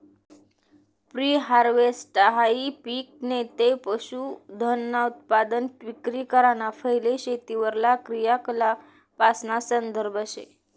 pre हारवेस्टहाई पिक नैते पशुधनउत्पादन विक्री कराना पैले खेतीवरला क्रियाकलापासना संदर्भ शे